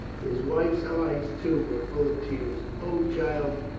his wife's eyes, too, were full of tears. o, child,